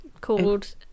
called